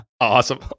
Awesome